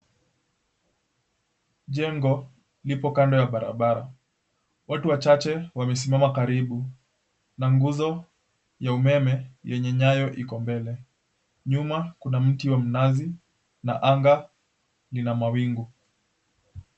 Jengo lipo kando ya barabara. Watu wachache wamesimama karibu, na nguzo ya umeme yenye nyayo iko mbele. Nyuma kuna mti wa mnazi, na anga lina mawingu.